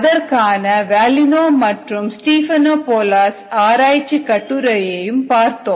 அதற்கான வல்லிநோ மற்றும் ஸ்டீஃபேனோபோலஸ் ஆராய்ச்சிக் கட்டுரையையும்பார்த்தோம்